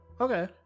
Okay